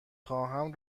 خواهم